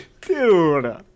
dude